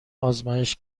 آزمایش